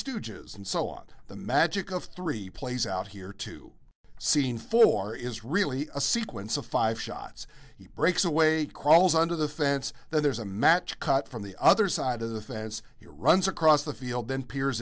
stooges and so on the magic of three plays out here to scene four is really a sequence of five shots he breaks away crawls under the fence there's a match cut from the other side of the thing as you runs across the field then peers